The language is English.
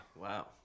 Wow